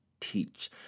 teach